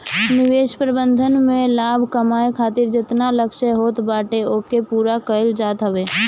निवेश प्रबंधन में लाभ कमाए खातिर जेतना लक्ष्य होत बाटे ओके पूरा कईल जात हवे